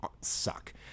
suck